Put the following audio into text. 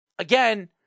Again